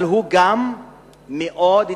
אבל הוא גם מאוד צר.